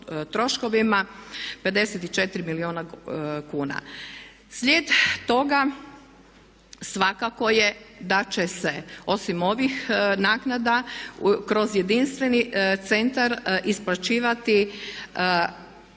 troškovima 54 milijuna kuna. Slijed toga svakako je da će se osim ovih naknada kroz jedinstveni centar isplaćivati